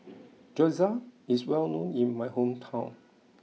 Gyoza is well known in my hometown